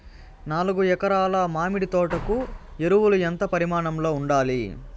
నాలుగు ఎకరా ల మామిడి తోట కు ఎరువులు ఎంత పరిమాణం లో ఉండాలి?